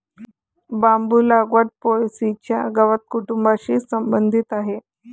बांबू लागवड पो.ए.सी च्या गवत कुटुंबाशी संबंधित आहे